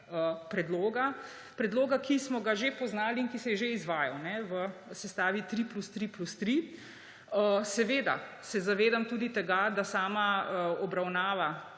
predloga, ki smo ga že poznali in ki se je že izvajal v sestavi 3 + 3 + 3. Seveda se zavedam tudi tega, da obravnava